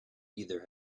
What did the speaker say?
either